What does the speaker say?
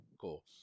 Cool